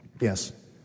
yes